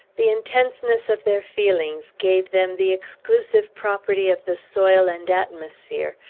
the intenseness of their feelings gave them the exclusive property of the soil and atmosphere,